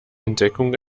entdeckung